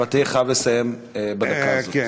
אבל תהיה חייב לסיים בדקה הזאת.